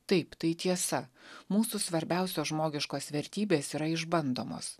taip tai tiesa mūsų svarbiausios žmogiškos vertybės yra išbandomos